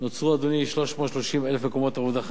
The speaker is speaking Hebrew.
330,000 מקומות עבודה חדשים.